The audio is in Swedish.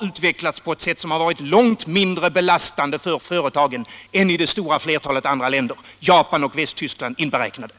utvecklats på ett sätt som varit långt mindre belastande för företagen än i det stora flertalet andra länder, Japan och Västtyskland inberäknade.